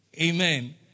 Amen